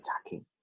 Attacking